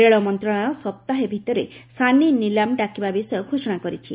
ରେଳ ମନ୍ତ୍ରଶାଳୟ ସପ୍ତାହେ ଭିତରେ ସାନି ନିଲାମ ଡାକିବା ବିଷୟ ଘୋଷଣା କରିଛି